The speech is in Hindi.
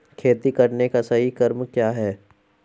खेती करने का सही क्रम क्या है?